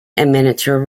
miniature